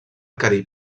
carib